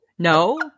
No